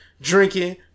drinking